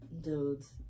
Dudes